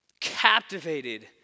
captivated